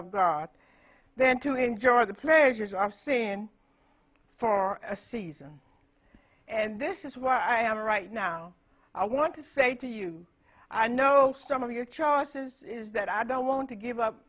then to enjoy the treasures are saying for a season and this is where i am right now i want to say to you i know some of your choices is that i don't want to give up